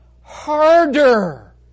harder